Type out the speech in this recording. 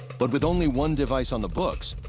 but with only one device on the books,